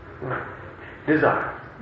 Desire